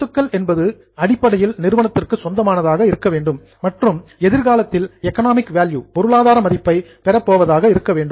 சொத்துக்கள் என்பது அடிப்படையில் நிறுவனத்திற்கு சொந்தமானதாக இருக்க வேண்டும் மற்றும் எதிர்காலத்தில் எக்கனாமிக் வேல்யூ பொருளாதார மதிப்பை பெற போவதாக இருக்க வேண்டும்